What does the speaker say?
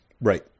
Right